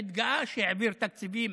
התגאה שהעביר תקציבים